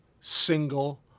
single